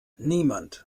niemand